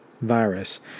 virus